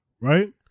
Right